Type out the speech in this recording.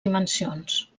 dimensions